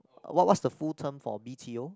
what what's the full term for B_T_O